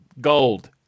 gold